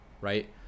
right